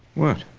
what?